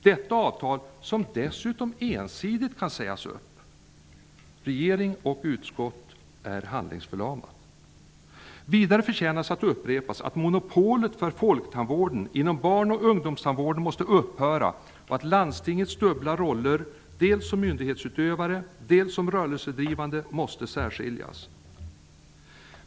Detta avtal kan dessutom ensidigt sägas upp! Regering och utskott är handlingsförlamade. Vidare förtjänas det att upprepas, att monopolet för folktandvården inom barn och ungdomstandvården måste upphöra och att landstingets dubbla roller -- dels som myndighetsutövare, och dels som rörelsedrivande -- måste särskiljas.